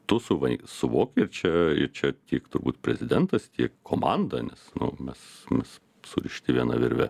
tu suvai suvoki ir čia ir čia tiek turbūt prezidentas tiek komanda nes mes mes surišti viena virve